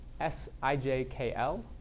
Sijkl